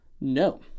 No